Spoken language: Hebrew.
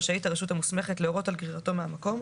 רשאית הרשות המוסמכת להורות על גרירתו מהמקום,